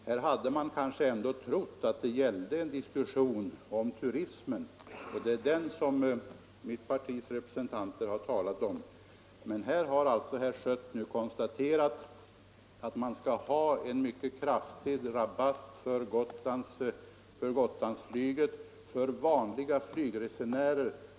Jag trodde att det här ändå gällde en diskussion om turismen — det är den som mitt partis representanter har talat om — men herr Schött vill ge en mycket kraftig rabatt till Gotlandsflyget för vanliga flygresenärer.